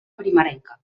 primerenca